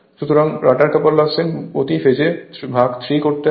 সুতরাং rotor copper loss প্রতি ফেজে ভাগ 3 করতে হবে